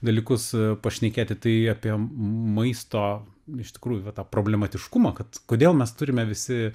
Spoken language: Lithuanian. dalykus pašnekėti tai apie maisto iš tikrųjų va tą problematiškumą kad kodėl mes turime visi